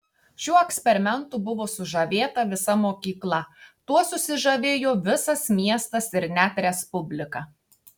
šiuo eksperimentu buvo sužavėta visa mokyklą tuo susižavėjo visas miestas ir net respublika